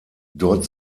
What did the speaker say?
dort